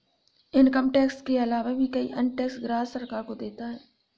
income tax के आलावा भी कई अन्य टैक्स ग्राहक सरकार को देता है